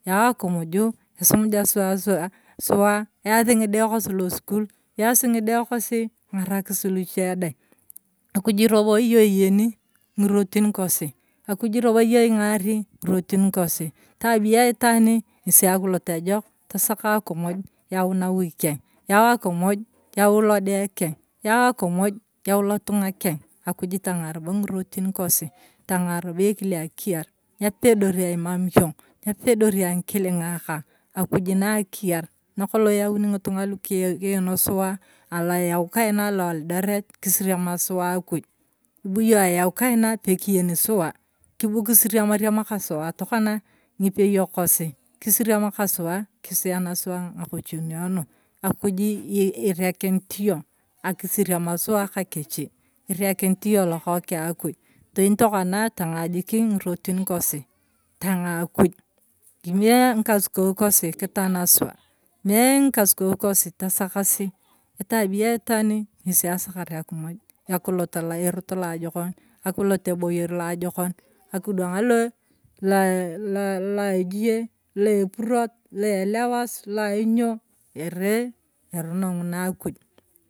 Yau akimuj esumuja suwa, ayasi suwa ng’ide kosi losukui, ayasi ng’ide kosi, king’arakis luchedai. Akuj robo, iyong iyeni ng’irotin kosi, akuj robo iyong ing’ari ng’irotin kosi, etabia aitaani ng’eri akilotejok, tasaka akumuj yau nawui keng, yau akumuj yau lode keng, yau akumuj yau lotung’a keng, akuj tang’aa robo ng’irotin kosi, tang’aa robo ekile akiyar, ngapedoriang imam yong, yapedoriang ang’ikiling’a, akuj na akiyar nakolong iyauni ng’itung’a io kiin suwa anayau kaina aloeldoret, kisirim suwa akuj, ibu yong yau kaina pekiyeni suwa bu kisiriamariam kasuwa tokona ngipeyok kosi, kisiriam kasuwa, kisiyan suwa ng’akosinio nu akuju irekinit yong akisiriam suwa ka kechi, erekinit yong lokoeke akoj, teni tokona tang’aa jik ng’irotin kosi, tang’aa akuj, akimie ng’ikasukou kosi kitana suwa kimie ng’ikasukou kosi tasakasi etabia aitani ng’esi asakar akumuj, akilot alorot aloajokon, akilot aboyer la ajokon, akidwana laa la la ejie, la epurot, la elewas, la iny’o ere erono ng’ona akuj.